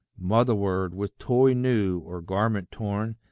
motherward, with toy new, or garment torn,